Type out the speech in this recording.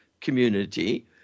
community